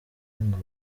ngo